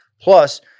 Plus